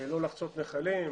לא לחצות נחלים,